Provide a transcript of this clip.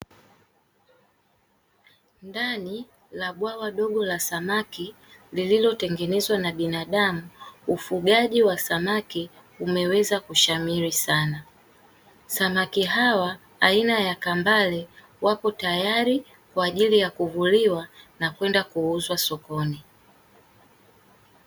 Ndani ya bwawa dogo la samaki lililotengenezwa na binadamu, ufugaji wa samaki umeweza kushamiri sana. Samaki hawa aina ya kambale wako tayari kwa ajili ya kuvuliwa na kwenda kuuzwa sokoni.